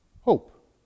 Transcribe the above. hope